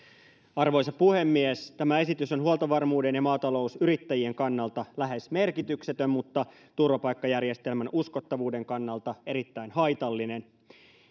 arvoisa puhemies tämä esitys on huoltovarmuuden ja maatalousyrittäjien kannalta lähes merkityksetön mutta turvapaikkajärjestelmän uskottavuuden kannalta erittäin haitallinen